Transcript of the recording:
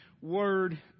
word